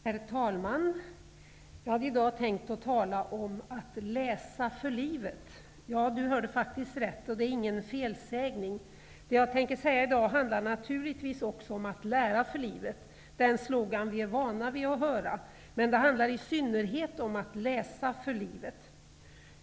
Herr talman! Jag hade i dag tänkt att tala om att läsa för livet. Ja, ni hörde faktiskt rätt, och det är ingen felsägning. Det som jag tänker säga i dag handlar naturligtvis ocskå om att lära för livet, den slogan som vi är vana att höra, men det handlar i synnerhet om att läsa för livet.